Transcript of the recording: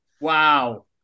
Wow